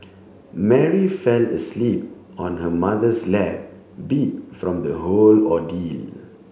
Mary fell asleep on her mother's lap beat from the whole ordeal